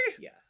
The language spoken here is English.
yes